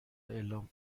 اعلام